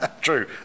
True